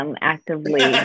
actively